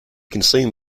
consume